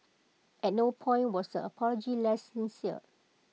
at no point was the apology less sincere